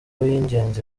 w’ingenzi